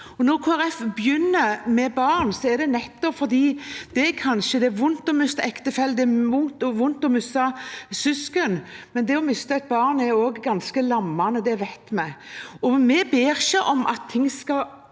begynner med barn, er det nettopp fordi det er vondt å miste ektefelle og vondt å miste søsken, men det å miste et barn er også ganske lammende. Det vet vi. Vi ber ikke om at ting skal